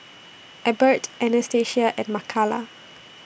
Ebert Anastacia and Makala